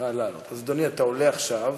אז אדוני, אתה עולה עכשיו,